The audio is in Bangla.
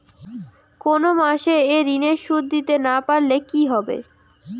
কোন মাস এ ঋণের সুধ দিতে না পারলে কি হবে?